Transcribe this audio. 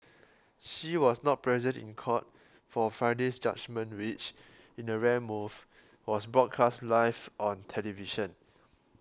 she was not present in court for Friday's judgement which in a rare move was broadcast live on television